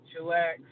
chillax